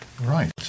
Right